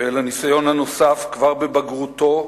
ואל הניסיון הנוסף, כבר בבגרותו,